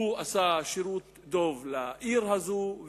הוא עשה שירות דוב לעיר הזו,